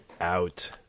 out